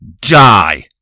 die